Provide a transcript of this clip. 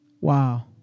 Wow